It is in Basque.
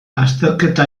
azterketa